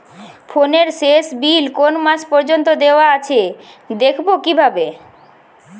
ফোনের শেষ বিল কোন মাস পর্যন্ত দেওয়া আছে দেখবো কিভাবে?